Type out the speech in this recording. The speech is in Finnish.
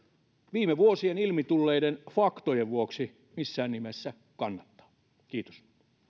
viime vuosina ilmi tulleiden faktojen vuoksi missään nimessä kannattaa kiitos